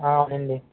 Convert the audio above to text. అవునండి